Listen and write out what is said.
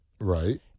Right